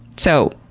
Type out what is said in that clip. so,